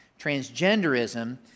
Transgenderism